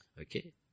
Okay